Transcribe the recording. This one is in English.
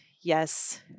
Yes